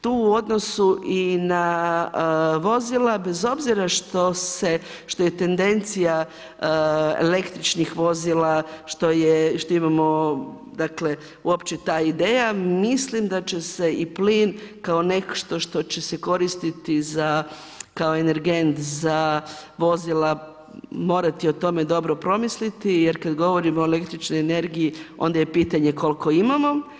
Tu u odnosu i na vozila, bez obzira što je tendencija električnih vozila, što imamo uopće ta ideja, mislim da će se i plin, kao nešto što će se koristiti za, kao energent za vozila morati o tome dobro promisliti, jer kad govorimo o električnoj energiji, onda je pitanje koliko imamo.